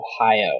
Ohio